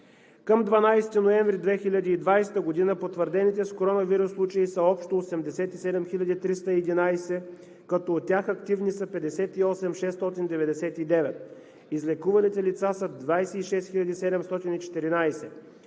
Към 12 ноември 2020 г. потвърдените с коронавирус случаи са общо 87 311, като от тях активни са 58 699. Излекуваните лица са 26 714.